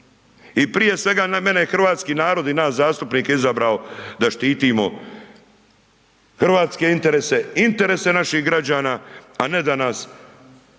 i prije svega mene je hrvatski narod i nas zastupnike izabrao da štitimo hrvatske interese, interese naših građana, a ne da nas ekološki